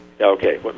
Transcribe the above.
Okay